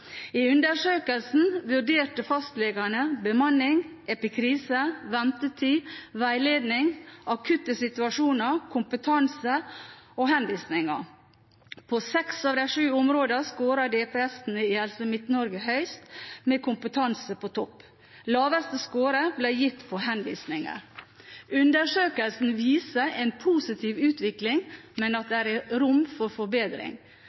I undersøkelsen vurderte fastlegene bemanning, epikriser, ventetid, veiledning, akutte situasjoner, kompetanse og henvisninger. På seks av de sju områdene skårer DPS-ene i Helse Midt-Norge høyest, med kompetanse på topp. Lavest score ble gitt på henvisninger. Undersøkelsen viser en positiv utvikling, men at det er rom for forbedring.